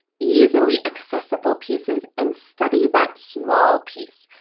easily accessible pieces, and study that small piece.